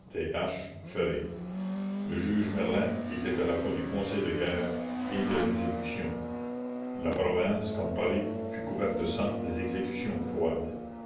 le juge merlin était à la fois du conseil de guerre et de l'exécution la province comme paris fut couverte de sang des exécutions froides